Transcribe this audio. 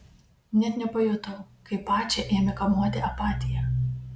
net nepajutau kaip pačią ėmė kamuoti apatija